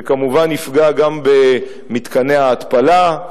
זה כמובן יפגע גם במתקני ההתפלה,